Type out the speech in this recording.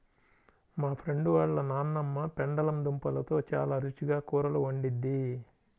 మా ఫ్రెండు వాళ్ళ నాన్నమ్మ పెండలం దుంపలతో చాలా రుచిగా కూరలు వండిద్ది